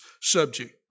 subject